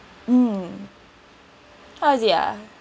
mm how is it ah